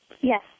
Yes